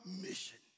mission